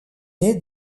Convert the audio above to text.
née